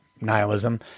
nihilism